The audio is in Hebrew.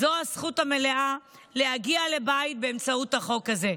זו הזכות המלאה להגיע לבית באמצעות החוק הזה.